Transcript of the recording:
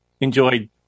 enjoyed